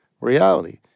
reality